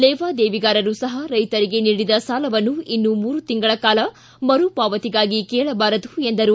ಲೇವಾದೇವಿಗಾರರು ಸಹ ರೈತರಿಗೆ ನೀಡಿದ ಸಾಲವನ್ನು ಇನ್ನು ಮೂರು ತಿಂಗಳ ಕಾಲ ಮರುಪಾವತಿಗಾಗಿ ಕೇಳಬಾರದು ಎಂದರು